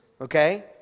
Okay